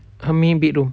her main bedroom